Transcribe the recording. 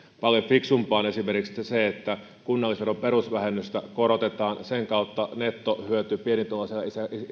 paljon fiksumpaa on esimerkiksi se että kunnallisveron perusvähennystä korotetaan sen kautta nettohyöty pienituloiselle